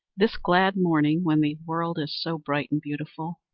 this glad morning, when the world is so bright and beautiful,